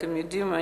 אתם יודעים,